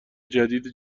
جدید